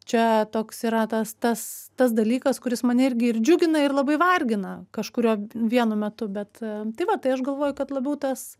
čia toks yra tas tas tas dalykas kuris mane irgi ir džiugina ir labai vargina kažkuriuo vienu metu bet tai va tai aš galvoju kad labiau tas